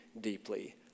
deeply